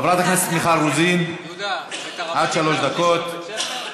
חברת הכנסת מיכל רוזין, עד שלוש דקות, בבקשה.